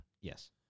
yes